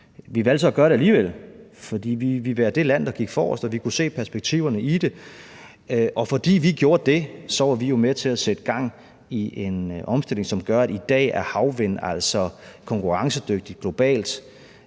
Vi valgte så at gøre det alligevel, for vi ville være det land, der gik forrest, og vi kunne se perspektiverne i det, og fordi vi gjorde det, var vi jo med til at sætte gang i en omstilling, som gør, at havvind i dag altså er konkurrencedygtigt med